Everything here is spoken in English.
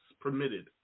permitted